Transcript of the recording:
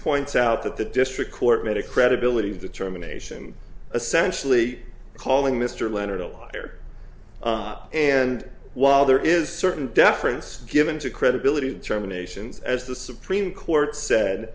points out that the district court made a credibility determination essentially calling mr leonard a liar and while there is certain deference given to credibility determinations as the supreme court said